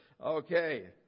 Okay